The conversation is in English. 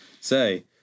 say